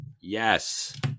Yes